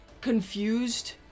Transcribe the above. confused